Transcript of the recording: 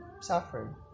suffering